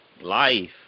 life